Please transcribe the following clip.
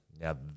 Now